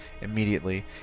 immediately